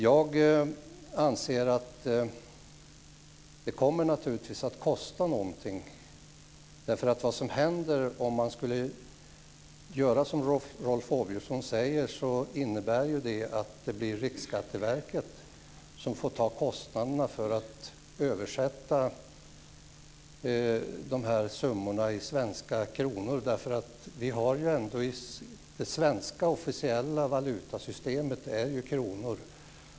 Det kommer naturligtvis att kosta någonting, anser jag. Vad som händer om man skulle göra som Rolf Åbjörnsson säger är ju att Riksskatteverket får ta kostnaderna för att översätta de här summorna i svenska kronor. I det svenska officiella valutasystemet har vi ju kronor.